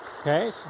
Okay